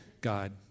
God